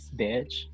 bitch